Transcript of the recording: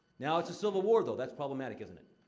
now it's a civil war, though that's problematic, isn't it?